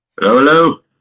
Hello